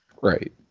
Right